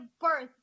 birth